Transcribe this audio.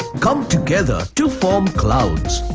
come together to form clouds.